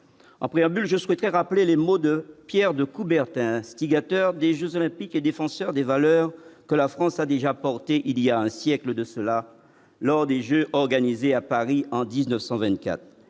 en préambule, je souhaiterais rappeler les mots de Pierre de Coubertin, instigateur des Jeux olympiques et défenseur des valeurs que la France a déjà porté il y a un siècle de cela lors des Jeux organisés à Paris en 1924